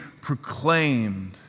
proclaimed